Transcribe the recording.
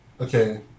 Okay